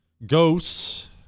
Ghosts